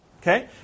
Okay